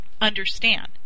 Understand